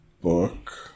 book